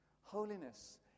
holiness